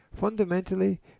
Fundamentally